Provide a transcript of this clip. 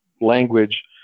language